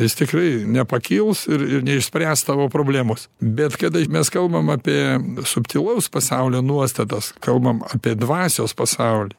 jis tikrai nepakils ir ir neišspręs tavo problemos bet kada mes kalbam apie subtilaus pasaulio nuostatas kalbam apie dvasios pasaulį